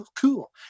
cool